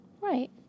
Right